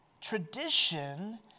Tradition